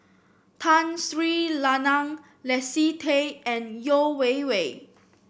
Tun Sri Lanang Leslie Tay and Yeo Wei Wei